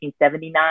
1979